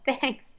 Thanks